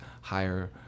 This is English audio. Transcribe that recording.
higher